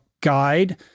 guide